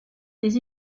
des